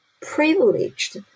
privileged